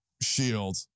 shield